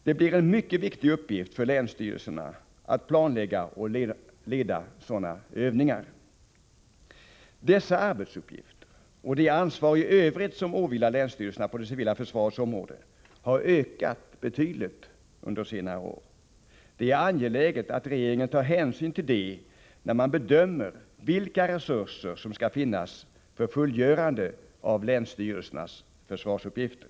Det blir en mycket viktig uppgift för länsstyrelserna att genomföra sådana övningar. Dessa arbetsuppgifter, och det ansvar i övrigt som åvilar länsstyrelserna på det civila försvarets område, har ökat betydligt under senare år. Det är angeläget att regeringen tar hänsyn till detta när den bedömer vilka resurser som skall finnas för fullgörande av länsstyrelsernas försvarsuppgifter.